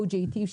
OJT,